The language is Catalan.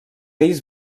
ells